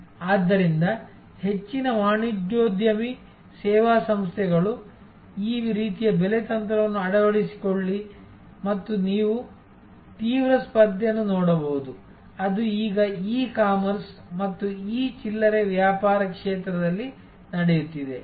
ಆದ್ದರಿಂದ ಹೆಚ್ಚಿನ ವಾಣಿಜ್ಯೋದ್ಯಮಿ ಸೇವಾ ಸಂಸ್ಥೆಗಳು ಈ ರೀತಿಯ ಬೆಲೆ ತಂತ್ರವನ್ನು ಅಳವಡಿಸಿಕೊಳ್ಳಿ ಮತ್ತು ನೀವು ತೀವ್ರ ಸ್ಪರ್ಧೆಯನ್ನು ನೋಡಬಹುದು ಅದು ಈಗ ಇ ಕಾಮರ್ಸ್ ಮತ್ತು ಇ ಚಿಲ್ಲರೆ ವ್ಯಾಪಾರ ಕ್ಷೇತ್ರದಲ್ಲಿ ನಡೆಯುತ್ತಿದೆ